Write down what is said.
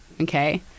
okay